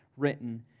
written